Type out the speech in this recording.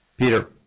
Peter